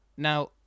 Now